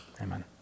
Amen